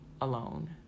alone